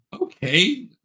okay